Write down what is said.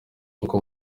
uko